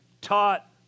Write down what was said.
taught